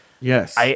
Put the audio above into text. Yes